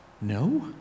No